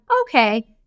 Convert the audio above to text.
okay